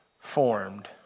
formed